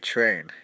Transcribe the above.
Train